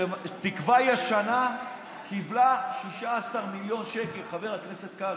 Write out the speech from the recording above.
תקווה ישנה קיבלה 16 מיליון שקל, חבר הכנסת קרעי,